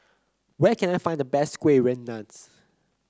where can I find the best Kueh Rengas